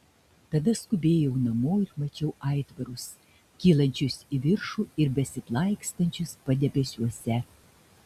tada skubėjau namo ir mačiau aitvarus kylančius į viršų ir besiplaikstančius padebesiuose